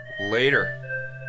later